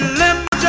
limbo